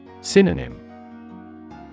Synonym